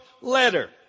letter